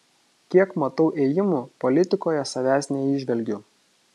kiek matau ėjimų politikoje savęs neįžvelgiu